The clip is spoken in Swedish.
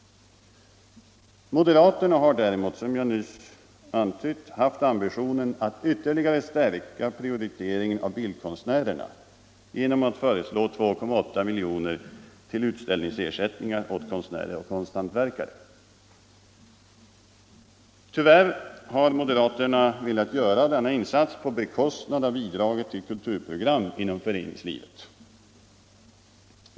Moderaterna har däremot, som jag nyss antytt, haft ambitionen att ytterligare stärka prioriteringen av bildkonstnärerna genom att föreslå 2,8 milj.kr. till utställningsersättningar åt konstnärer och konsthantverkare. Tyvärr har moderaterna velat göra denna insats på bekostnad av bidraget till kulturprogram inom föreningslivet.